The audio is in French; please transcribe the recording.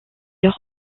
leur